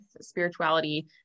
spirituality